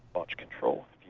launch control.